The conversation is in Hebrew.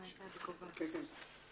ההערה שלנו הייתה לגבי העדכון של התאריך,